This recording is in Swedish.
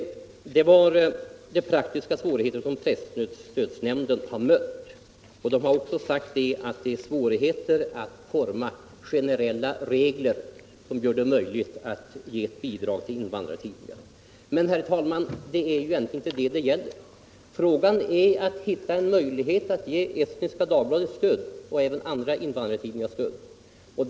Det var de praktiska svårigheter som presstödsnämnden har mött. Man har också sagt i yttrandet över invandrarutredningen att det finns svårigheter att forma generella regler som gör det möjligt att ge bidrag till invandrartidningar. Men, herr talman, det är egentligen inte det frågan gäller. Problemet är att hitta en möjlighet att ge Estniska Dagbladet och även andra invandrartidningar stöd.